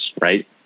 right